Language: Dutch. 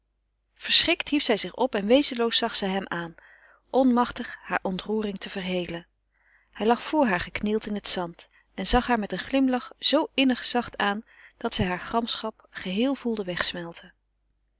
verschrikt hief zij zich op en wezenloos zag zij hem aan onmachtig hare ontroering te verhelen hij lag voor haar geknield in het zand en zag haar met een glimlach zoo innig zacht aan dat zij hare gramschap geheel voelde